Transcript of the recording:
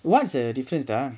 what's the difference ah